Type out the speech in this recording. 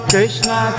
Krishna